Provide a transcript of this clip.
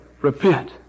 repent